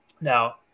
Now